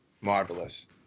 marvelous